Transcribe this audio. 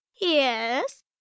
yes